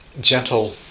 gentle